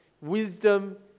wisdom